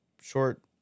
short